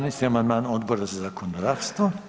17. amandman Odbora za zakonodavstvo.